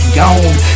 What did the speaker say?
gone